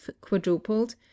quadrupled